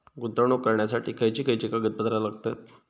गुंतवणूक करण्यासाठी खयची खयची कागदपत्रा लागतात?